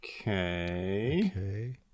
Okay